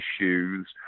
issues